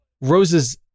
Roses